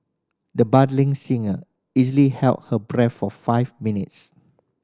the budding singer easily held her breath for five minutes